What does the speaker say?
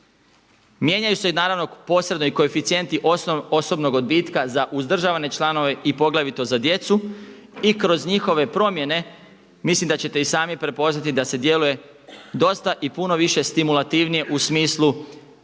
Mijenjaju se i naravno posredno i koeficijenti osobnog odbitka za uzdržavane članove i poglavito za djecu i kroz njihove promjene mislim da ćete i sami prepoznati da se djeluje dosta i puno više stimulativnije u smislu